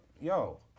yo